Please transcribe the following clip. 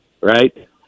Right